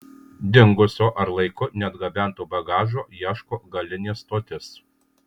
dingusio ar laiku neatgabento bagažo ieško galinė stotis